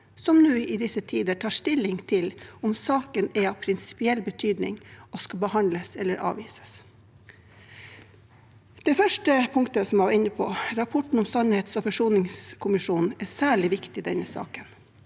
som nå i disse tider tar stilling til om saken er av prinsipiell betydning, og om den skal behandles eller avvises. Det første punktet som jeg var inne på, rapporten fra sannhets- og forsoningskommisjonen, er særlig viktig i denne saken.